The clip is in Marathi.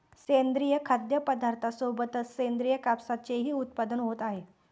सेंद्रिय खाद्यपदार्थांसोबतच सेंद्रिय कापसाचेही उत्पादन होत आहे